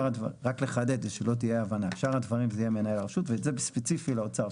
שאר הדברים יהיה מנהל הרשות וזה ספציפי לאוצר.